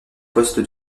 poste